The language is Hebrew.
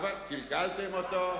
קלקלתם אותו,